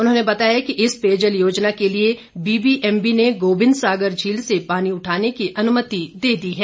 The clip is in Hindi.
उन्होंने बताया कि इस पेयजल योजना के लिए बीबीएमबी ने गोविंद सागर झील से पानी उठाने की अनुमति दे दी है